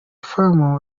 farm